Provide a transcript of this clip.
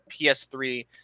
PS3